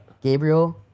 Gabriel